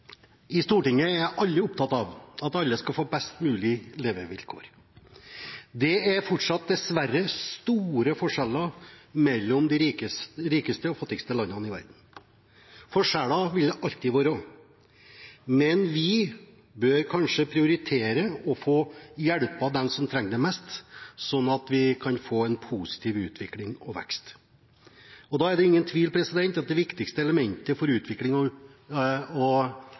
er alle opptatt av at alle skal få best mulig levevilkår. Det er fortsatt dessverre store forskjeller mellom de rikeste og de fattigste landene i verden. Forskjeller vil det alltid være, men vi bør kanskje prioritere å hjelpe dem som trenger det mest, slik at vi kan få en positiv utvikling og vekst. Det er ingen tvil om at det viktigste elementet for utvikling og positiv vekst er utdanning. Menneskets behov for kunnskap og